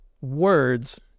words